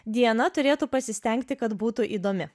diana turėtų pasistengti kad būtų įdomi